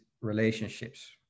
relationships